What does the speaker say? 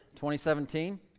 2017